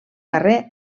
carrer